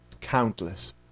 countless